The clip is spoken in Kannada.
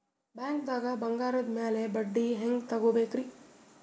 ಬ್ಯಾಂಕ್ದಾಗ ಬಂಗಾರದ್ ಮ್ಯಾಲ್ ಬಡ್ಡಿ ಹೆಂಗ್ ತಗೋಬೇಕ್ರಿ?